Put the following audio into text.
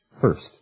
First